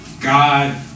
God